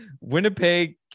Winnipeg